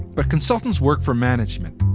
but consultants work for management.